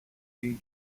την